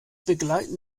begleiten